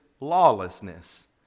lawlessness